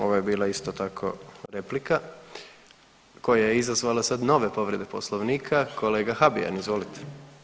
Ovo je bila isto tako replika koja je izazvala sad nove povrede Poslovnika, kolega Habijan, izvolite.